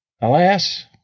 Alas